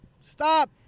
Stop